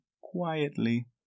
quietly